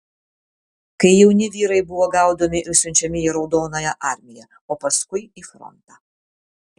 kai jauni vyrai buvo gaudomi ir siunčiami į raudonąją armiją o paskui į frontą